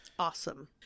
Awesome